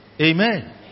Amen